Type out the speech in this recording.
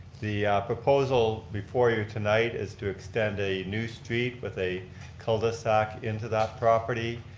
the proposal before you tonight is to extend a new street with a cul-de-sac into that property.